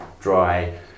dry